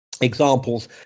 examples